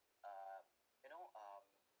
uh you know um